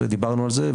ודיברנו על זה,